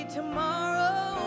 tomorrow